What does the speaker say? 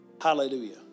Hallelujah